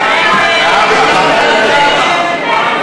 יהדות התורה להביע אי-אמון